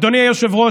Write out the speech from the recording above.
אדוני היושב-ראש,